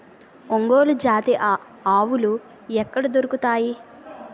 ఒంగోలు జాతి ఆవులు ఎక్కడ దొరుకుతాయి?